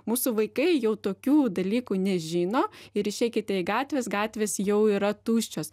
mūsų vaikai jau tokių dalykų nežino ir išeikite į gatves gatvės jau yra tuščios